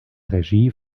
regie